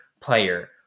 player